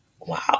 wow